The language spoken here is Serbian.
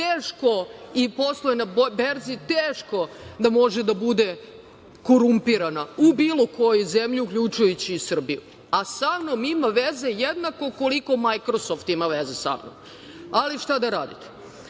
ljudi i posluje na berzi, teško da može da bude korumpirana u bilo kojoj zemlji, uključujući i Srbiji. A sa mnom ima veze jednako koliko "Majkrosoft" ima veze sa mnom, ali šta da radite. Što